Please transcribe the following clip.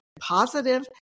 positive